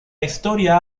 historia